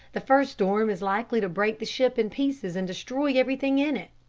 the first storm is likely to break the ship in pieces and destroy everything in it.